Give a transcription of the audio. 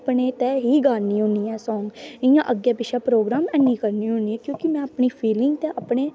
अपने तै ही गानी होनी ऐं सांग इयां अग्गैं पिच्छें प्रोग्राम ऐनी करनी होनी क्योंकि में अपनी फिलिंग ते अपने